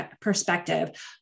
perspective